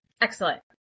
Excellent